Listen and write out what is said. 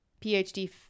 PhD